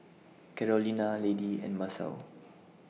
Carolina Lady and Masao